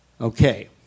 Okay